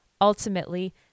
Ultimately